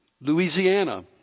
Louisiana